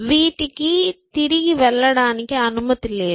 వీటికి తిరిగి వెళ్ళడానికి అనుమతి లేదు